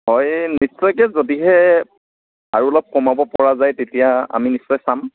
হয়ে নিশ্চয়কৈ যদিহে আৰু অলপ কমাব পৰা যায় তেতিয়া আমি নিশ্চয় চাম